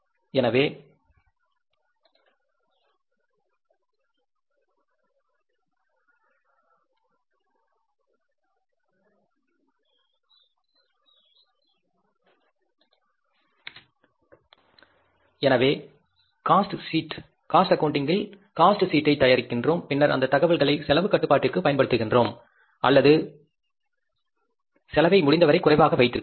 எனவே cost accounting இல் cost சீட்டை தயாரிக்கிறோம் பின்னர் அந்த தகவல்களைப் செலவு கட்டுப்பாட்டிற்கு பயன்படுத்துகிறோம் அல்லது செலவை முடிந்தவரை குறைவாக வைத்திருக்கிறோம்